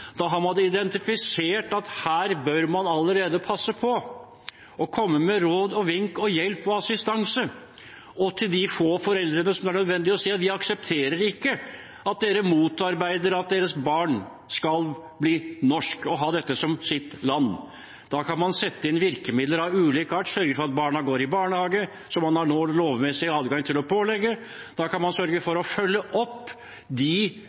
da har man identifisert at allerede her bør man passe på og komme med råd og vink og hjelp og assistanse. Og overfor de få foreldrene der det er nødvendig å si at vi ikke aksepterer at de motarbeider at deres barn skal bli norsk og ha dette som sitt land, kan man sette inn virkemidler av ulik art. Man kan sørge for at barna går i barnehage, som man nå har lovmessig adgang til å pålegge, og sørge for å følge opp de